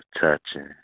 touching